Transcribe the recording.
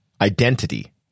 Identity